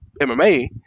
MMA